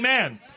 Amen